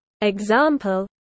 example